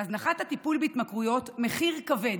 להזנחת הטיפול בהתמכרויות מחיר כבד,